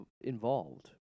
involved